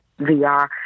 VR